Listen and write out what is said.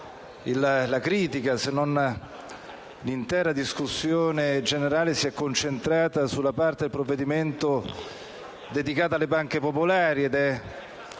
la critica, se non l'intera discussione generale, si è concentrata sulla parte del provvedimento dedicata alle banche popolari, su